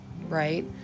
right